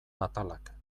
atalak